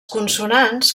consonants